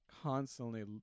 constantly